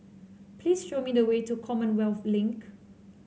please show me the way to Commonwealth Link